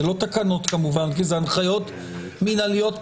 זה לא תקנות כמובן, כי זה הנחיות מנהליות פנימיות.